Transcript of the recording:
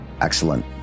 excellent